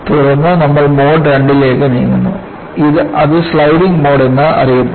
തുടർന്ന് നമ്മൾ mode II ലേക്ക് നീങ്ങുന്നു അത് സ്ലൈഡിംഗ് മോഡ് എന്നും അറിയപ്പെടുന്നു